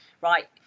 right